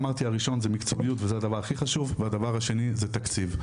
הראשון זה מקצועיות וזה הכי חשוב והדבר השני זה תקציב,